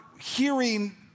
hearing